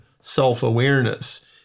self-awareness